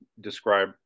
describe